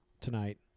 tonight